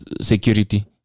security